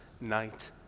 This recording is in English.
night